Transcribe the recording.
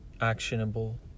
actionable